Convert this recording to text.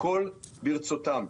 הכול ברצותם.